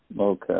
Okay